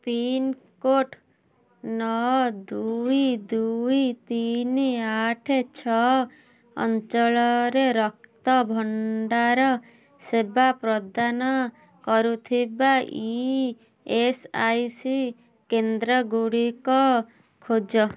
pincode ନଅ ଦୁଇ ଦୁଇ ତିନି ଆଠ ଛଅ ଅଞ୍ଚଳରେ ରକ୍ତଭଣ୍ଡାର ସେବା ପ୍ରଦାନ କରୁଥିବା ଇ ଏସ୍ ଆଇ ସି କେନ୍ଦ୍ର ଗୁଡ଼ିକ ଖୋଜ